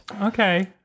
okay